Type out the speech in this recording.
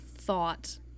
thought